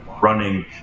running